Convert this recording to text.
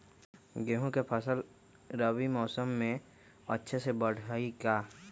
गेंहू के फ़सल रबी मौसम में अच्छे से बढ़ हई का?